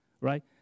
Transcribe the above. right